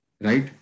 right